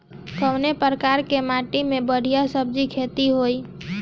कवने प्रकार की माटी में बढ़िया सब्जी खेती हुई?